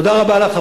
תודה רבה לך,